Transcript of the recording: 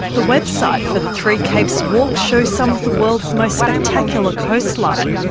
the website for the three capes walk shows some of the world's most spectacular coastline,